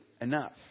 enough